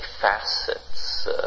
facets